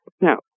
Now